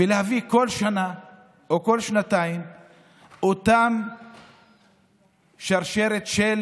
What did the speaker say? ולהביא כל שנה או כל שנתיים אותה שרשרת של